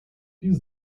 dies